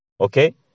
Okay